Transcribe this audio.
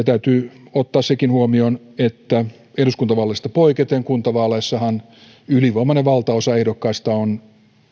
täytyy ottaa sekin huomioon että eduskuntavaaleista poiketen kuntavaaleissahan ylivoimainen valtaosa ehdokkaista on